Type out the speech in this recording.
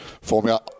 formula